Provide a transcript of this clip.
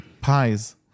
pies